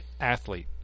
athlete